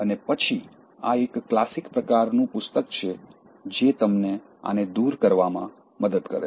અને પછી આ એક ક્લાસિક પ્રકારનું પુસ્તક છે જે તમને આને દૂર કરવામાં મદદ કરે છે